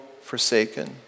forsaken